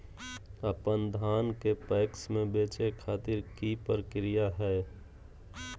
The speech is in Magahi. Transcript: अपन धान के पैक्स मैं बेचे खातिर की प्रक्रिया हय?